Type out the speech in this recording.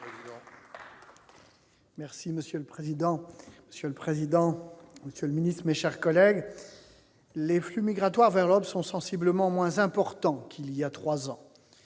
auteur de la demande. Monsieur le président, monsieur le ministre, mes chers collègues, les flux migratoires vers l'Europe sont sensiblement moins importants qu'il y a trois ans,